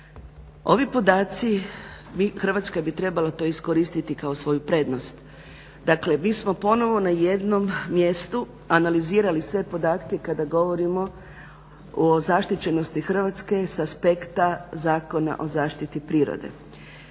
Ovi podaci Hrvatska bi trebala to iskoristiti kao svoju prednost. Dakle mi smo ponovno na jednom mjestu analizirali sve podatke kada govorim o zaštićenosti Hrvatske sa aspekta Zakona o zaštiti prirode.